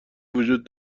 وجود